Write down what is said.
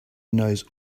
knows